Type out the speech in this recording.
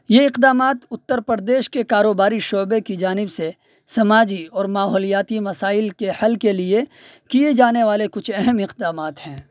یہ اقدامات اتّر پردیش کے کاروباری شعبے کی جانب سے سماجی اور ماحولیاتی مسائل کے حل کے لیے کیے جانے والے کچھ اہم اقدامات ہیں